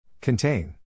Contain